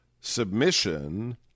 submission